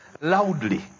Loudly